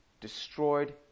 destroyed